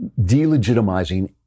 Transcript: delegitimizing